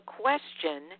question